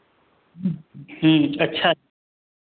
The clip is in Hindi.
अच्छा है